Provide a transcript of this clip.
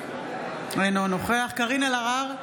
אינו נוכח קארין אלהרר,